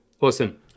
Awesome